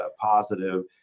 positive